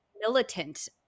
militant